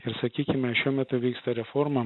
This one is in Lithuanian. ir sakykime šiuo metu vyksta reforma